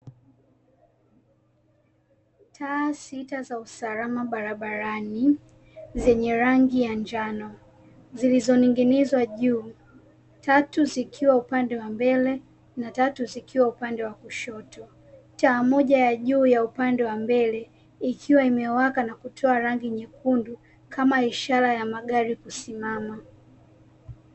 Taa sita za usalama barabarani, zenye rangi ya njano, zilizoning'inizwa juu; tatu zikiwa upande wa mbele na tatu zikiwa upande wa kushoto. Taa moja ya juu ya upande wa mbele, ikiwa imewaka na kutoa rangi nyekundu kama ishara ya magari kusimama.